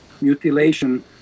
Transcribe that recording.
mutilation